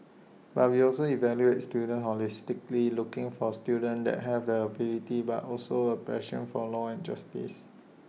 but we also evaluate students holistically looking for students that have ability but also A passion for law and justice